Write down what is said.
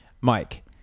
Mike